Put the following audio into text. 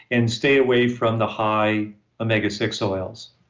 and stay away from the high omega six oils